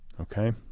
Okay